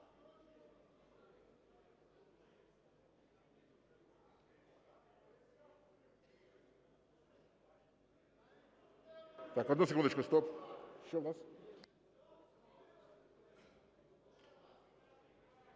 Одну секундочку, стоп. Що у вас?